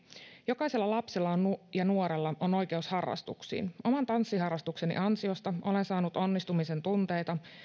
jokaisella lapsella ja nuorella on oikeus harrastuksiin oman tanssiharrastukseni ansiosta olen saanut onnistumisen tunteita